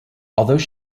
although